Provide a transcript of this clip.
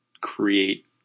create